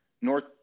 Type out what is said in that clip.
North